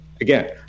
again